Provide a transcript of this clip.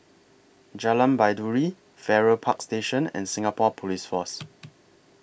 Jalan Baiduri Farrer Park Station and Singapore Police Force